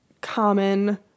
common